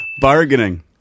Bargaining